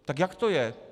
Tak jak to je?